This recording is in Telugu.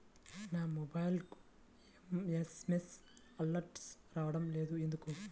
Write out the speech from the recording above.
నా మొబైల్కు ఎస్.ఎం.ఎస్ అలర్ట్స్ రావడం లేదు ఎందుకు?